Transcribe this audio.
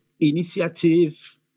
initiative